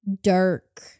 dark